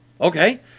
okay